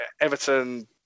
Everton